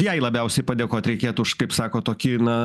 jai labiausiai padėkot reikėtų už kaip sako tokį na